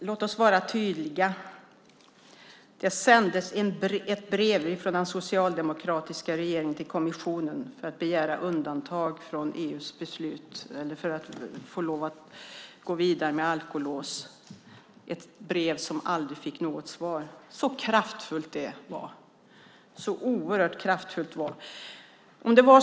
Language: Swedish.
Herr talman! Låt oss vara tydliga. Det sändes ett brev från den socialdemokratiska regeringen till kommissionen för att begära undantag från EU:s beslut och få lov att gå vidare med alkolås. Det var ett brev som aldrig fick något svar. Så oerhört kraftfullt det var!